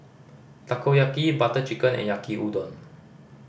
Takoyaki Butter Chicken and Yaki Udon